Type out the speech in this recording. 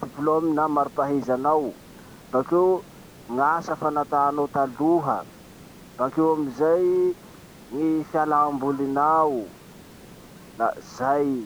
diplôme na maripahaizanao. Bakeo gn'asa fa natanao taloha, bakeo amizay gny fialambolinao, la zay i.